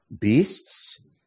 beasts